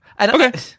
okay